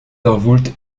évroult